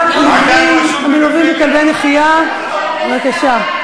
רוזנטל, בבקשה,